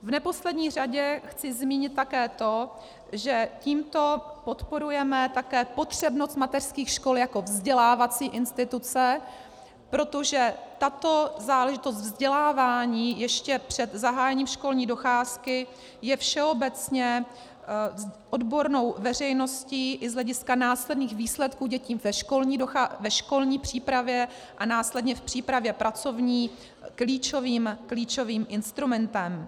V neposlední řadě chci zmínit také to, že tímto podporujeme také potřebnost mateřských škol jako vzdělávací instituce, protože tato záležitost vzdělávání ještě před zahájením školní docházky je všeobecně odbornou veřejností i z hlediska následných výsledků dětí ve školní přípravě a následně v přípravě pracovní klíčovým instrumentem.